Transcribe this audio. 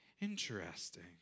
Interesting